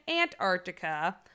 Antarctica